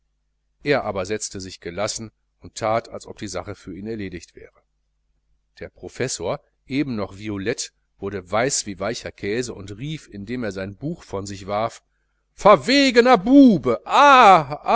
er aber setzte sich gelassen und that als ob die sache für ihn erledigt wäre der professor eben noch violett wurde weiß wie weicher käse und rief indem er sein buch von sich warf verwegener bube ah